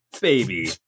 baby